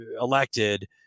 elected